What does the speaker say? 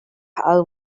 are